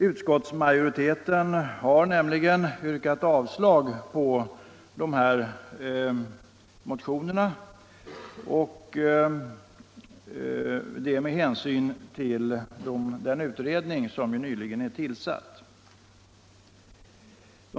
Utskottsmajoriteten har nämligen yrkat avslag på motionerna med hänvisning till den utredning som nyligen är tillsatt på området.